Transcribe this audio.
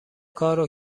کارو